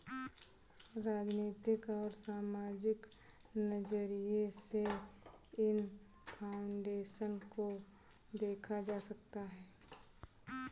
राजनीतिक और सामाजिक नज़रिये से इन फाउन्डेशन को देखा जा सकता है